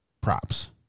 props